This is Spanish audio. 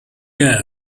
girl